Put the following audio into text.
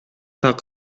так